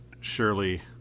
surely